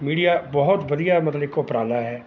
media ਬਹੁਤ ਵਧੀਆ ਮਤਲਬ ਇੱਕ ਉਪਰਾਲਾ ਹੈ